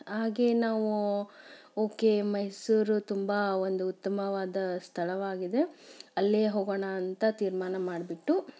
ಹಾಗೇ ನಾವು ಓಕೆ ಮೈಸೂರು ತುಂಬ ಒಂದು ಉತ್ತಮವಾದ ಸ್ಥಳವಾಗಿದೆ ಅಲ್ಲೇ ಹೋಗೋಣ ಅಂತ ತೀರ್ಮಾನ ಮಾಡಿಬಿಟ್ಟು